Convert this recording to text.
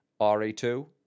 RE2